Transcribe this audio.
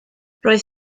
roedd